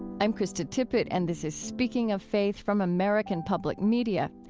i'm krista tippett, and this is speaking of faith from american public media.